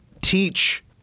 teach